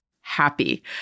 happy